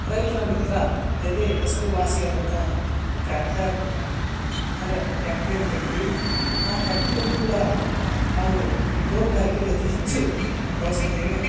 ರೈತನ ಮಿತ್ರ ಎಂದೇ ಹೆಸ್ರುವಾಸಿಯಾದಂಥ ಟ್ರ್ಯಾಕ್ಟರ್ ಅಂದರೆ ಟ್ಯಾಕ್ಟ್ರಿ ಅಂತ ಕರೀತೀವಿ ಹಾ ಟ್ಯಾಕ್ಟ್ರಿಯನ್ನೂ ಕೂಡ ನಾವು ತೋಟಗಾರಿಕೆಯಲ್ಲಿ ಅತಿ ಹೆಚ್ಚು ಬಳಸುತ್ತೇವೆ